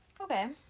Okay